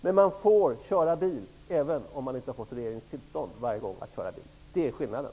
Men man får köra bil även om man inte har fått regeringens tillstånd varje gång att köra bil. Det är skillnaden.